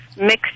mixed